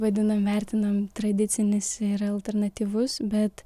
vadinam vertinam tradicinis ir alternatyvus bet